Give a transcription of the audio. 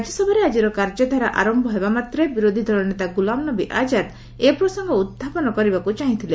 ରାଜ୍ୟସଭାରେ ଆଜିର କାର୍ଯ୍ୟଧାରା ଆରମ୍ଭ ହେବା ମାତ୍ରେ ବିରୋଧୀ ଦଳ ନେତା ଗୁଲାମନବି ଆକାଦ୍ ଏ ପ୍ରସଙ୍ଗ ଉଞ୍ଚାପନ କରିବାକୁ ଚାହିଁଥିଲେ